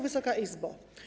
Wysoka Izbo!